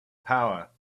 power